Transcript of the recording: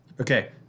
Okay